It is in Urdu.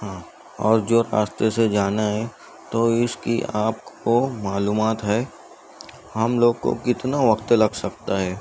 ہاں اور جو راستے سے جانا ہے تو اس کی آپ کو معلومات ہے ہم لوگ کو کتنا وقت لگ سکتا ہے